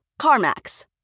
CarMax